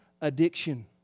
addiction